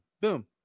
boom